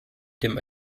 dem